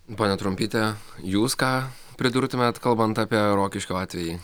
pone trumpyte jūs ką pridurtumėt kalbant apie rokiškio atvejį